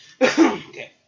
Okay